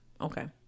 Okay